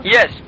Yes